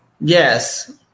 Yes